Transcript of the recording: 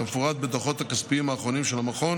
כמפורט בדוחות הכספיים האחרונים של המכון